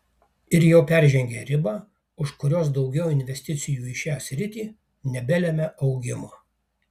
ir jau peržengė ribą už kurios daugiau investicijų į šią sritį nebelemia augimo